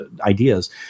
ideas